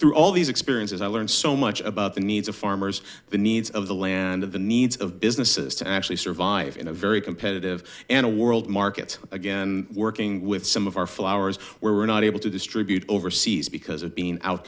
through all these experiences i learned so much about the needs of farmers the needs of the land of the needs of businesses to actually survive in a very competitive and a world market again working with some of our flowers were not able to distribute overseas because of being out